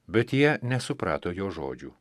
bet jie nesuprato jo žodžių